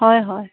হয় হয়